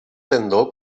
tendó